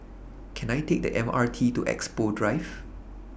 Can I Take The MRT to Expo Drive